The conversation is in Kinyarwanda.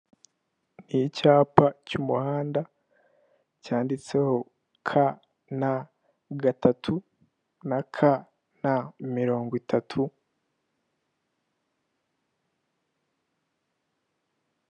Icyapa cy'umuhanda cyanditseho ka, na gatatu, na ka, na mirongo itatu.